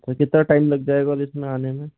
अभी कितना टाइम लग जाएगा और इसमें आने में